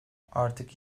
artık